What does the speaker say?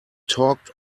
talked